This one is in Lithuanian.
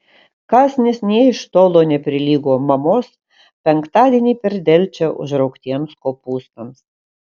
kąsnis nė iš tolo neprilygo mamos penktadienį per delčią užraugtiems kopūstams